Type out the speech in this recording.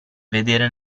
vedere